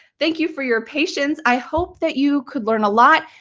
thank you for your patience. i hope that you could learn a lot.